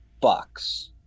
Bucks